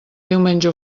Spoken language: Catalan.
diumenge